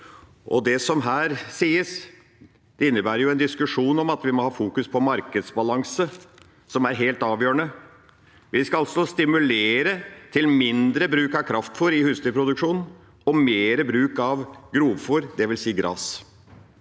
det som her sies, innebærer jo en diskusjon om at vi må ha fokus på markedsbalanse, som er helt avgjørende. Vi skal altså stimulere til mindre bruk av kraftfôr i husdyrproduksjonen og mer bruk av grovfôr, dvs. gress.